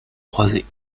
croiset